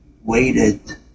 waited